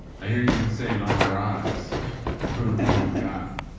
i hear you've been saying all rise for the wrong guy.